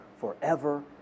forever